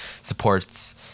supports